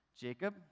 Jacob